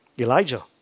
Elijah